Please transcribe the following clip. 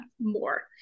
more